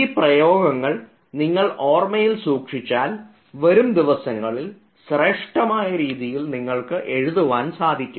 ഈ പദപ്രയോഗങ്ങൾ നിങ്ങൾ ഓർമ്മയിൽ സൂക്ഷിച്ചാൽ വരുംദിവസങ്ങളിൽ ശ്രേഷ്ഠമായ രീതിയിൽ നിങ്ങൾക്ക് എഴുതുവാൻ സാധിക്കും